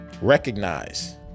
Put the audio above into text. Recognize